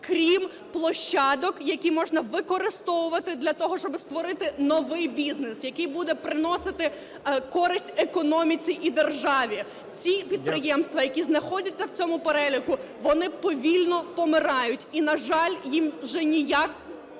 крім площадок, які можна використовувати для того, щоби створити новий бізнес, який буде приносити користь економіці і державі. Ці підприємства, які знаходяться в цьому переліку, вони повільно помирають. І, на жаль, їм вже ніяк…